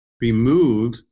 remove